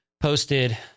Posted